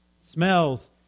smells